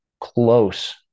close